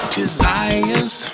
desires